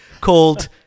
called